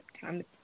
time